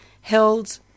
held